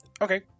Okay